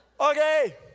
Okay